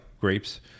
grapes